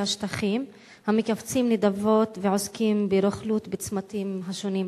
השטחים המקבצים נדבות ועוסקים ברוכלות בצמתים שונים.